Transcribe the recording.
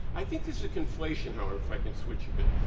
i think as a conflation, however, if i can switch a bit,